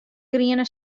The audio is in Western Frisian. griene